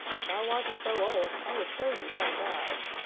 if i wasn't so old i would show you how to dive.